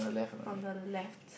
on the left